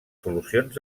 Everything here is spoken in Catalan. solucions